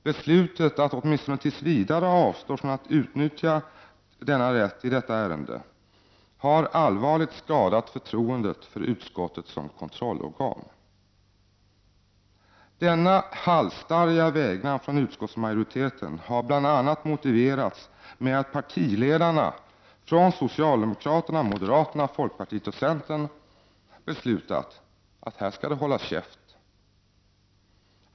Beslutet att åtminstone tills vidare avstå från att utnyttja denna rätt i detta ärende har allvarligt skadat förtroendet för utskottet som kontrollorgan. Denna halsstarriga vägran från utskottsmajoriten har bl.a. motiverats med att partiledarna för socialdemokraterna, moderaterna, folkpartiet och centern beslutat att här skall det hållas käft.